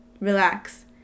relax